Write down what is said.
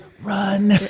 run